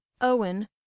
owen